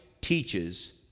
teaches